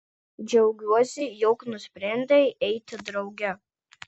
džiaugiuosi jog nusprendei eiti drauge